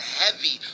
heavy